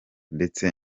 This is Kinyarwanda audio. ndetse